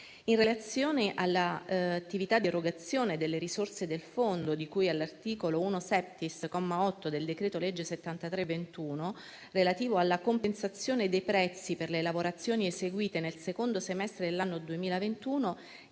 In relazione alle attività di erogazione delle risorse del fondo di cui all'articolo 1-*septies*, comma 8, del decreto-legge n. 73 del 2021, relativo alla compensazione dei prezzi per le lavorazioni eseguite nel secondo semestre dell'anno 2021,